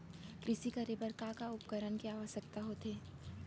कृषि करे बर का का उपकरण के आवश्यकता होथे?